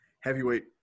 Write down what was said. heavyweight